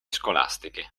scolastiche